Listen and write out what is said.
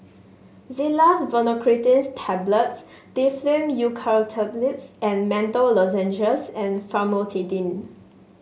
Xyzal Levocetirizine Tablets Difflam Eucalyptus and Menthol Lozenges and Famotidine